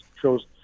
shows